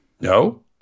No